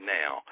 now